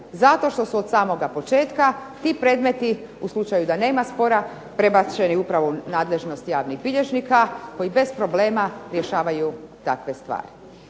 zato što su od samoga početka ti predmeti u slučaju da nema spora prebačeni upravo u nadležnost javnih bilježnika koji bez problema rješavaju takve stvari.